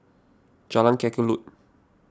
Jalan Kelulut